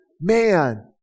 Man